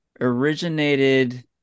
originated